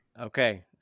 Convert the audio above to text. Okay